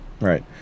Right